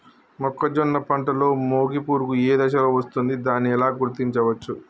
మొక్కజొన్న పంటలో మొగి పురుగు ఏ దశలో వస్తుంది? దానిని ఎలా గుర్తించవచ్చు?